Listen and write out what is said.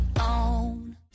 on